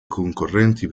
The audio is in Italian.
concorrenti